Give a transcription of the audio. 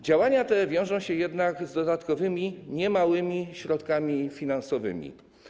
Działania te wiążą się jednak z dodatkowymi, niemałymi środkami finansowymi.